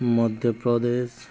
Madhya Pradesh